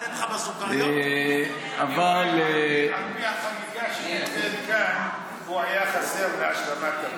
הוא היה חסר להשלמת,